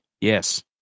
Yes